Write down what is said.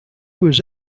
was